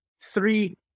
three